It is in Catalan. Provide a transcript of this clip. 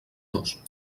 dos